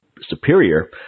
superior